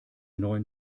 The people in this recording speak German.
neuen